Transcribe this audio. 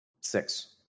Six